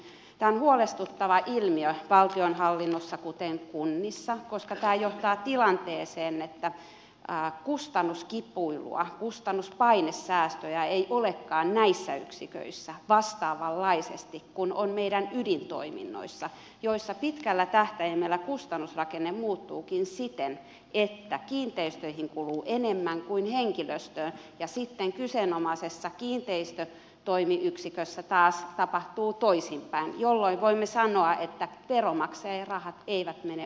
tämä on huolestuttava ilmiö valtionhallinnossa kuten kunnissa koska tämä johtaa tilanteeseen että kustannuskipuilua kustannuspainesäästöjä ei olekaan näissä yksiköissä vastaavanlaisesti kuin on meidän ydintoiminnoissamme joissa pitkällä tähtäimellä kustannusrakenne muuttuukin siten että kiinteistöihin kuluu enemmän kuin henkilöstöön ja sitten kyseenomaisessa kiinteistötoimiyksikössä taas tapahtuu toisinpäin jolloin voimme sanoa että veronmaksajien rahat eivät mene oikeisiin kohteisiin